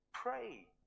Pray